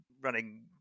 running